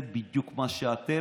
זה בדיוק מה שאתם,